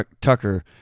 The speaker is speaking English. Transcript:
Tucker